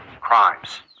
crimes